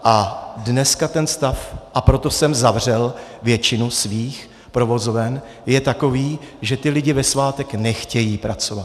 A dneska ten stav a proto jsem zavřel většinu svých provozoven je takový, že lidé ve svátek nechtějí pracovat.